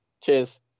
Cheers